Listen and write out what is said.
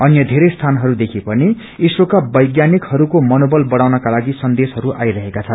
अन्य वेरै स्थानहस्देखि पनि ईस्रोका वैज्ञानिकहरूको मनोवल बढ़ाउनका लागि सन्देशहरू आइरहेका छन्